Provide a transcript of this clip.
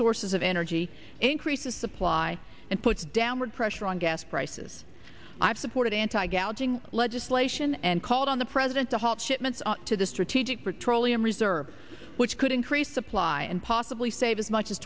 sources of energy increases supply and puts downward pressure on gas prices i've supported anti gal ging legislation and called on the president to halt shipments to the strategic petroleum reserve which could increase supply and possibly save as much as